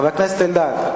חבר הכנסת אלדד,